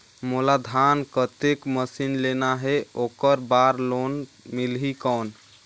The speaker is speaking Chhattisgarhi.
मोला धान कतेक मशीन लेना हे ओकर बार लोन मिलही कौन?